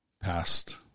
past